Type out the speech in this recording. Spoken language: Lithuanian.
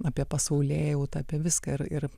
apie pasaulėjautą apie viską ir ir